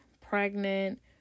pregnant